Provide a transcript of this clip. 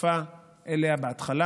שהצטרפה אליה בהתחלה.